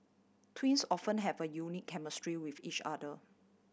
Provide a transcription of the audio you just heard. twins often have a unique chemistry with each other